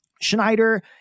Schneider